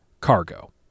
cargo